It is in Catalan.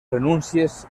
renúncies